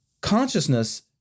consciousness